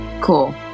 Cool